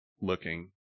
looking